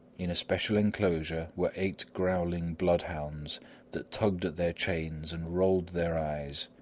in a special enclosure were eight growling bloodhounds that tugged at their chains and rolled their eyes,